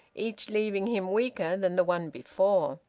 each leaving him weaker than the one before.